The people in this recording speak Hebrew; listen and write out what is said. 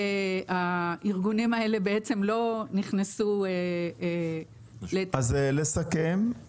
הארגונים האלה בעצם לא נכנסו --- אז לסכם,